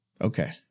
Okay